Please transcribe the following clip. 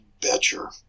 Betcher